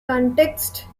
context